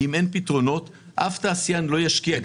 כי אם אין פתרונות אף תעשיין לא ישקיע.